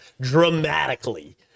dramatically